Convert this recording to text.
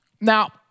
Now